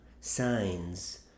signs